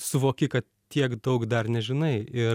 suvoki kad tiek daug dar nežinai ir